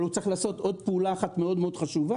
אבל הוא צריך לעשות עוד פעולה אחת מאוד מאוד חשובה,